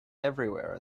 everywhere